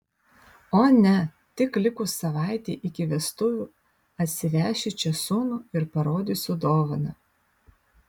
o ne tik likus savaitei iki vestuvių atsivešiu čia sūnų ir parodysiu dovaną